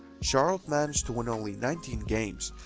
charlotte managed to win only nineteen games,